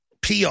PR